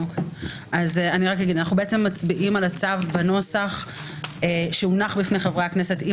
אנחנו מצביעים על הצו בנוסח שהונח בפני חברי הכנסת,